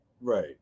Right